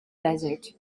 desert